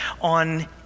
on